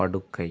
படுக்கை